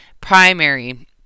primary